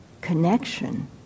connection